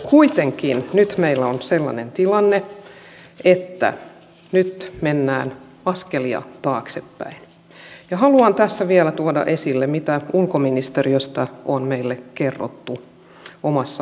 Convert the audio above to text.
kuitenkin nyt meillä on sellainen tilanne että nyt mennään askelia taaksepäin ja haluan tässä vielä tuoda esille mitä ulkoministeriöstä on meille kerrottu ministeriön omassa lausunnossa